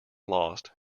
lost